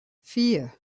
vier